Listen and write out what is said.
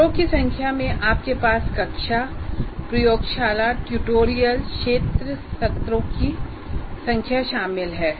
सत्रों की संख्या में आपके पास कक्षा प्रयोगशाला ट्यूटोरियल क्षेत्र सत्रों की संख्या शामिल है